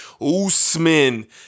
Usman